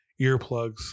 earplugs